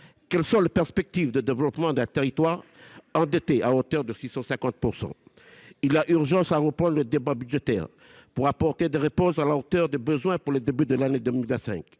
Quelles perspectives de développement reste t il à un territoire endetté à un tel niveau ? Il y a urgence à reprendre les débats budgétaires, pour apporter des réponses à la hauteur des besoins pour le début de l’année 2025.